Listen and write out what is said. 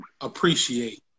appreciate